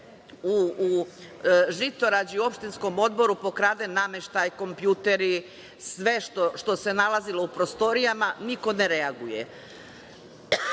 u Žitorađi u opštinskom odboru pokraden nameštaj, kompjuteri, sve što se nalazilo u prostorijama i niko ne